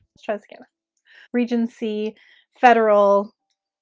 tuscon regency federal